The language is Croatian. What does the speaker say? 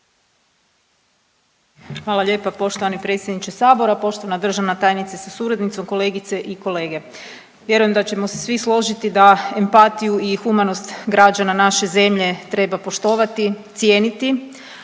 Hvala lijepa poštovani predsjedniče sabora, poštovana državna tajnice sa suradnicom, kolegice i kolege. Vjerujem da ćemo se svi složiti da empatiju i humanost građana naše zemlje treba poštovati, cijeniti,